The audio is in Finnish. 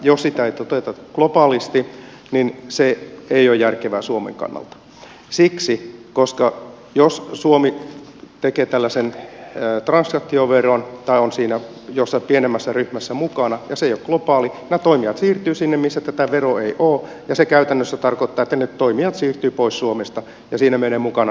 jos sitä ei toteuteta globaalisti se ei ole järkevä suomen kannalta siksi koska jos suomi tekee tällaisen transaktioveron tai on siinä jossain pienemmässä ryhmässä mukana ja se ei ole globaali nämä toimijat siirtyvät sinne missä tätä veroa ei ole ja se käytännössä tarkoittaa että ne toimijat siirtyvät pois suomesta ja siinä menevät mukana työpaikat